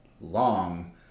long